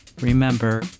remember